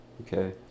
Okay